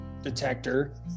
detector